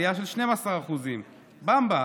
עלייה של 12%; במבה,